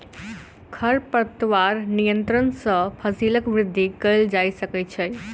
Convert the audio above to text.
खरपतवार नियंत्रण सॅ फसीलक वृद्धि कएल जा सकै छै